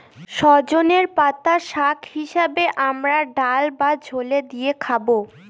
সজনের পাতা শাক হিসেবে আমরা ডাল বা ঝোলে দিয়ে খাবো